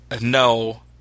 no